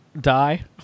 die